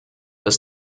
das